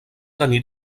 tenir